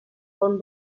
bon